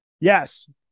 yes